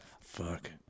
fuck